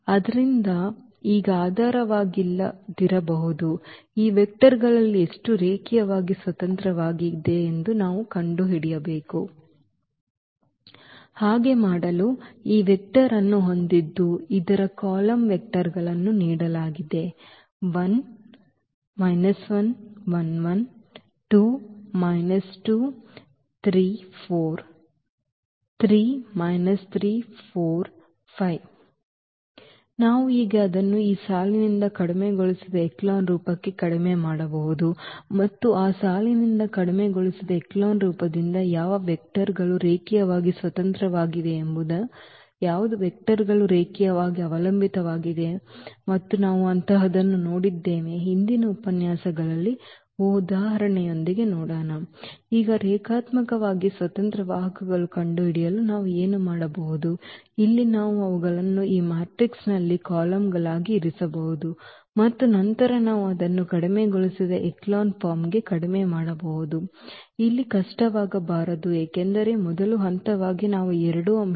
ಆದ್ದರಿಂದ ಇವುಗಳು ಈಗ ಆಧಾರವಾಗಿಲ್ಲದಿರಬಹುದು ಈ ವೆಕ್ಟರ್ಗಳಲ್ಲಿ ಎಷ್ಟು ರೇಖೀಯವಾಗಿ ಸ್ವತಂತ್ರವಾಗಿವೆ ಎಂದು ನಾವು ಕಂಡುಹಿಡಿಯಬೇಕು ಹಾಗೆ ಮಾಡಲು ಈ ವೆಕ್ಟರ್ ಅನ್ನು ಹೊಂದಿದ್ದು ಇದರ ಕಾಲಮ್ಗಳು ವೆಕ್ಟರ್ಗಳನ್ನು ನೀಡಲಾಗಿದೆ ನಾವು ಈಗ ಅದನ್ನು ಈ ಸಾಲಿನಿಂದ ಕಡಿಮೆಗೊಳಿಸಿದ ಎಚೆಲಾನ್ ರೂಪಕ್ಕೆ ಕಡಿಮೆ ಮಾಡಬಹುದು ಮತ್ತು ಆ ಸಾಲಿನಿಂದ ಕಡಿಮೆಗೊಳಿಸಿದ ಎಚೆಲಾನ್ ರೂಪದಿಂದ ಯಾವ ವೆಕ್ಟರ್ಗಳು ರೇಖೀಯವಾಗಿ ಸ್ವತಂತ್ರವಾಗಿವೆ ಮತ್ತು ಯಾವ ವೆಕ್ಟರ್ಗಳು ರೇಖೀಯವಾಗಿ ಅವಲಂಬಿತವಾಗಿವೆ ಮತ್ತು ನಾವು ಅಂತಹದನ್ನು ನೋಡಿದ್ದೇವೆ ಹಿಂದಿನ ಉಪನ್ಯಾಸಗಳಲ್ಲಿ ಉದಾಹರಣೆ ಈಗ ರೇಖಾತ್ಮಕವಾಗಿ ಸ್ವತಂತ್ರ ವಾಹಕಗಳನ್ನು ಕಂಡುಹಿಡಿಯಲು ನಾವು ಏನು ಮಾಡಬಹುದು ಇಲ್ಲಿ ನಾವು ಅವುಗಳನ್ನು ಈ ಮ್ಯಾಟ್ರಿಕ್ಸ್ನಲ್ಲಿ ಕಾಲಮ್ಗಳಾಗಿ ಇರಿಸಬಹುದು ಮತ್ತು ನಂತರ ನಾವು ಅದನ್ನು ಕಡಿಮೆಗೊಳಿಸಿದ ಎಚೆಲಾನ್ ಫಾರ್ಮ್ಗೆ ಕಡಿಮೆ ಮಾಡಬಹುದು ಇಲ್ಲಿ ಕಷ್ಟವಾಗಬಾರದು ಏಕೆಂದರೆ ಮೊದಲ ಹಂತವಾಗಿ ನಾವು ಈ ಎರಡು ಅಂಶಗಳನ್ನು 0